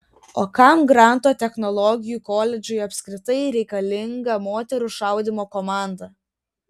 o kam granto technologijų koledžui apskritai reikalinga moterų šaudymo komanda